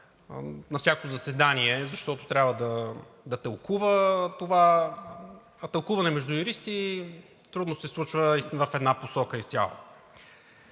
на всяко заседание, защото трябва да тълкува това, а тълкуване между юристи трудно се случва изцяло в една посока.